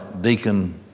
deacon